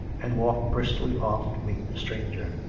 and walked briskly off to meet the stranger.